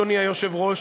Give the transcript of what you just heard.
אדוני היושב-ראש,